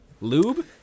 Lube